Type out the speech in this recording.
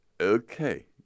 Okay